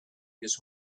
his